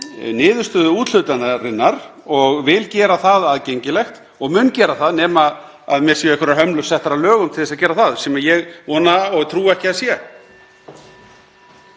niðurstöðu úthlutunarinnar og vil gera hana aðgengilega og mun gera það, nema mér séu einhverjar hömlur settar með lögum til þess að gera það, sem ég vona og trúi ekki að sé.